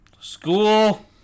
school